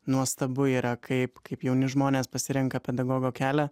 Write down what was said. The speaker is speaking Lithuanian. nuostabu yra kaip kaip jauni žmonės pasirenka pedagogo kelią